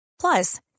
plus